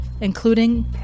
including